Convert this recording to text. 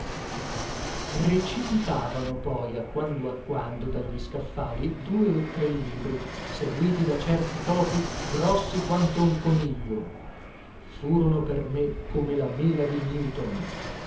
precipitavano poi a quando a quando dagli scaffali due o tre libri seguiti da certi topi grossi quanto un coniglio furono per me come la mela di newton